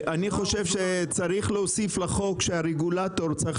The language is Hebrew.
אני חושב שצריך להוסיף לחוק שהרגולטור צריך